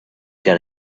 got